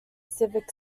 civic